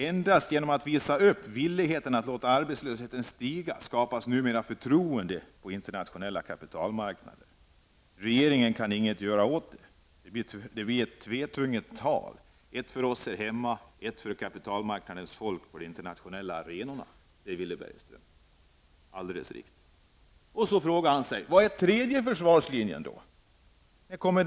- Endast genom att visa upp villighet att låta arbetslösheten stiga skapas numera förtroende på internationella kapitalmarknader. Regeringen kan inget göra åt det. Det blir tvetungat tal, ett för oss här hemma, ett för kapitalmarknadernas folk på de internationella arenorna.'' Detta säger alltså Villy Bergström, och det är alldeles riktigt. Sedan frågar Villy Bergström: ''Men hur går det med den tredje försvarslinjen i Älvdalen?''